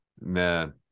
man